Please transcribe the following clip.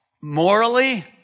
morally